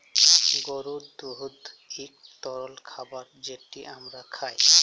গরুর দুহুদ ইকট তরল খাবার যেট আমরা খাই